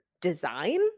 design